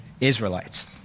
Israelites